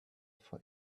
for